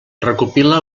recopila